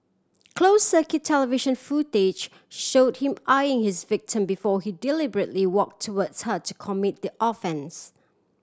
close circuit television footage showed him eyeing his victim before he deliberately walk towards her to commit the offence